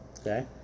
Okay